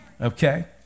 Okay